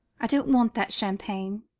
i don't want that champagne.